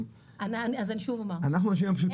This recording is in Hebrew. אנחנו אנשים פשוטים,